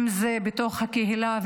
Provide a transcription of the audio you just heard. אם זה בתוך הקהילה,